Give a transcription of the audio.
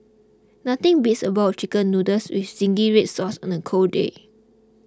nothing beats a bowl of Chicken Noodles with Zingy Red Sauce on a cold day